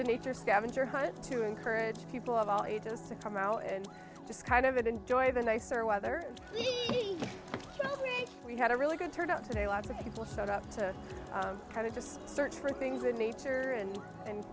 a nature scavenger hunt to encourage people of all ages to come out and just kind of enjoy the nicer weather we had a really good turnout today a lot of people showed up to kind of just search for things in nature and and